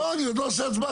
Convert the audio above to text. לא, אני עוד לא עושה הצבעה.